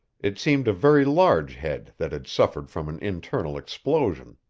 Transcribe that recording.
it seemed a very large head that had suffered from an internal explosion.